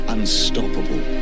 Unstoppable